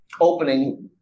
opening